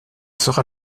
sera